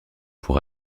pour